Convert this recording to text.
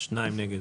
2 נמנעים,